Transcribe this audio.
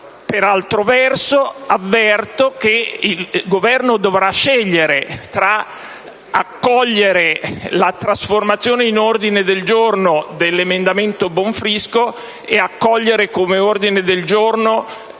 Per altro verso, avverto che il Governo dovrà scegliere tra accogliere la trasformazione in ordine del giorno dell'emendamento Bonfrisco e accogliere come ordine del giorno